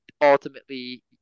ultimately